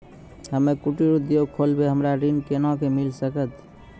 हम्मे कुटीर उद्योग खोलबै हमरा ऋण कोना के मिल सकत?